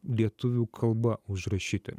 lietuvių kalba užrašyti